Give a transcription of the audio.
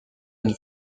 une